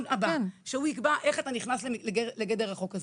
שיקבעו איך נכנסים לגדר החוק הזה.